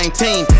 team